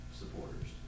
supporters